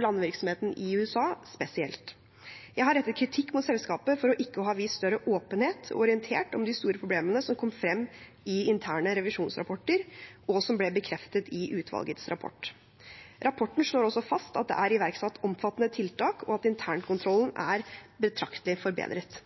landvirksomheten i USA spesielt. Jeg har rettet kritikk mot selskapet for ikke å ha vist større åpenhet, orientert om de store problemene som kom frem i interne revisjonsrapporter, og som ble bekreftet i utvalgets rapport. Rapporten slår også fast at det er iverksatt omfattende tiltak, og at internkontrollen er betraktelig forbedret.